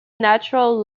natural